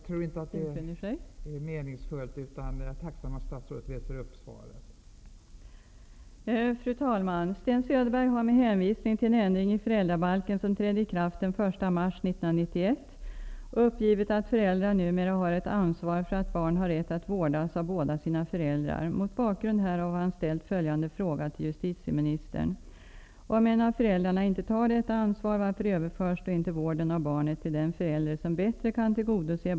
En arbetsgrupp inom Invandrarverket har föreslagit att asylsökande som begår brott lättare skall kunna utvisas. Orsaken till förslaget är de rapporter om brott som begås av asylsökande och den reaktion detta fått.